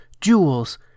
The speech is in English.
jewels